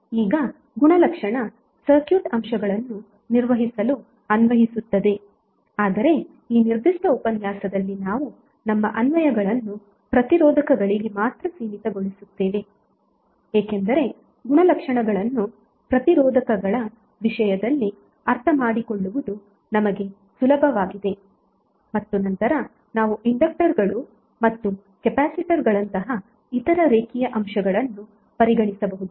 ಈಗ ಗುಣಲಕ್ಷಣ ಸರ್ಕ್ಯೂಟ್ ಅಂಶಗಳನ್ನು ನಿರ್ವಹಿಸಲು ಅನ್ವಯಿಸುತ್ತದೆ ಆದರೆ ಈ ನಿರ್ದಿಷ್ಟ ಉಪನ್ಯಾಸದಲ್ಲಿ ನಾವು ನಮ್ಮ ಅನ್ವಯಗಳನ್ನು ಪ್ರತಿರೋಧಕಗಳಿಗೆ ಮಾತ್ರ ಸೀಮಿತಗೊಳಿಸುತ್ತೇವೆ ಏಕೆಂದರೆ ಗುಣಲಕ್ಷಣಗಳನ್ನು ಪ್ರತಿರೋಧಕಗಳ ವಿಷಯದಲ್ಲಿ ಅರ್ಥಮಾಡಿಕೊಳ್ಳುವುದು ನಮಗೆ ಸುಲಭವಾಗಿದೆ ಮತ್ತು ನಂತರ ನಾವು ಇಂಡಕ್ಟರ್ಗಳು ಮತ್ತು ಕೆಪಾಸಿಟರ್ಗಳಂತಹ ಇತರ ರೇಖೀಯ ಅಂಶಗಳನ್ನು ಪರಿಗಣಿಸಬಹುದು